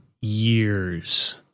years